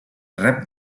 rep